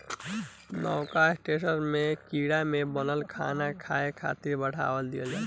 नवका स्टार्टअप में कीड़ा से बनल खाना खाए खातिर बढ़ावा दिहल जाता